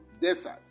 desert